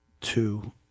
Two